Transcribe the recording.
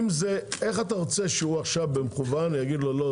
איך אתה רוצה שהוא עכשיו במקוון יגיד לו: לא,